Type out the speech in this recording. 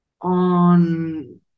on